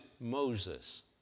Moses